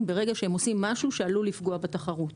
ברגע שהם עושים משהו שעלול לפגוע בתחרות.